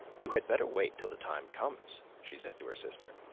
you had better wait till the time comes, she said to her sister.